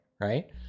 right